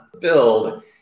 build